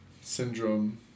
syndrome